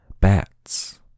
bats